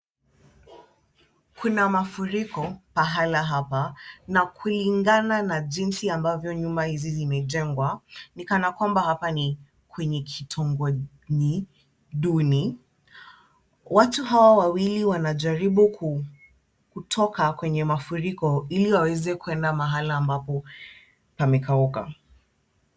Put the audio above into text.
Kuna mafuriko pahala hapa na kulingana na jinsi ambavuo nyumba hizi zimejengwa, ni kana kwamba hapa ni kwenye kitongoji duni. Watu hawa wawili wanajaribu kutoka kwenye mafuriko ili waweze kwenda mahala ambako pamekauka.